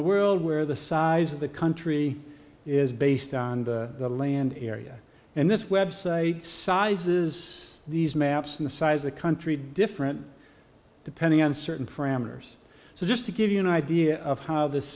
the world where the size of the country is based on the land area and this website sizes these maps and the size the country different depending on certain for hammers so just to give you an idea of how this